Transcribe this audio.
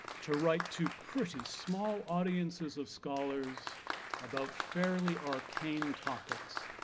to write to pretty small audiences of scholars about fairly arcane topics